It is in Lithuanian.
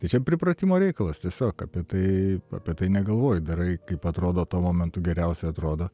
tai čia pripratimo reikalas tiesiog apie tai apie tai negalvoji darai kaip atrodo tuo momentu geriausiai atrodo